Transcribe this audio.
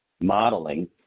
modeling